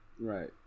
right